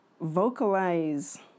vocalize